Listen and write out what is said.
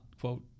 quote